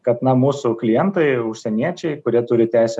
kad na mūsų klientai užsieniečiai kurie turi teisę